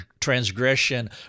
transgression